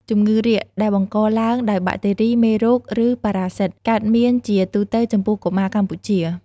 ជំងឺរាគដែលបង្កឡើងដោយបាក់តេរី មេរោគ ឬប៉ារ៉ាស៊ីត កើតមានជាទូទៅចំពោះកុមារកម្ពុជា។